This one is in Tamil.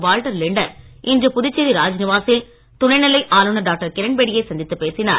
வால்டர் லிண்ட்னர் இன்று புதுச்சேரி ராஜ்நிவாசில் துணை நிலை ஆளுநர் டாக்டர் கிரண்பேடியை சந்தித்து பேசினார்